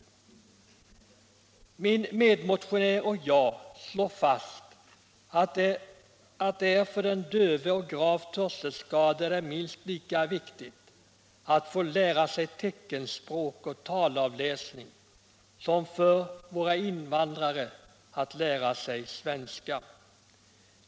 Min medmotionär och jag slår fast att det för den döve och den gravt hörselskadade är minst lika viktigt att lära sig teckenspråk och talavläsning som för våra invandrare att lära sig svenska.